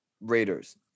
Raiders